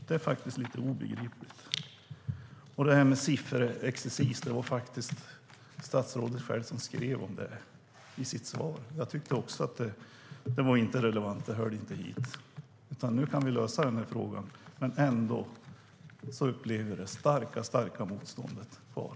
När det gäller detta med sifferexercis var det faktiskt statsrådet själv som skrev om det i sitt svar. Jag tyckte inte heller att det var relevant och att det inte hörde hit. Nu kan vi lösa denna fråga. Men ändå upplever jag att detta starka motstånd finns kvar.